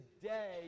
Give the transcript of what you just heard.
today